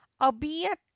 albeit